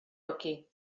aquí